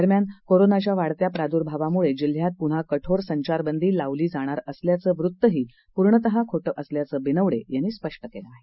दरम्यान कोरोनाच्या वाढत्या प्राद्भावामुळे जिल्ह्यात पुन्हा कठोर संचारबंदी लावली जाणार असल्याचं वृत्तही पूर्णतः खोटं असल्याचंही बिनवडे यांनी स्पष्ट केलं आहे